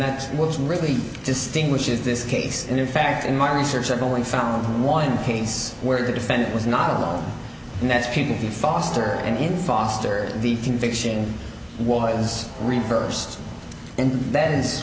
that's what's really distinguishes this case and in fact in my research i've only found one case where the defendant was not alone and that's people v foster and in foster the conviction was reversed and that is